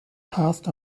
passed